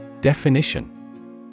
Definition